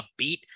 upbeat